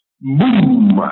boom